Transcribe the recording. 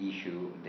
issue